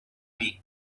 lee